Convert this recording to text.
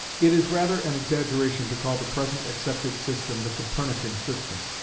it is rather an exaggeration to call the present accepted system the copernican system,